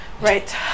Right